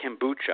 kombucha